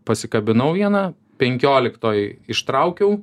pasikabinau vieną penkioliktoj ištraukiau